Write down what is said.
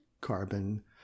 carbon